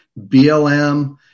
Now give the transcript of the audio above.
BLM